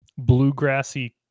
bluegrassy